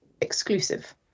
exclusive